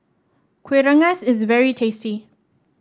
Kuih Rengas is very tasty